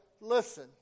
listen